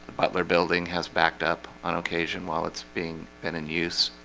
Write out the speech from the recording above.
butler building has backed up on occasion while it's being been in use